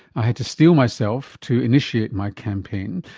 i had to steel myself to initiate my campaign,